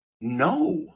No